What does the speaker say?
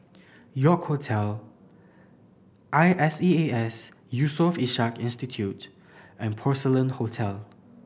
York Hotel I S E A S Yusof Ishak Institute and Porcelain Hotel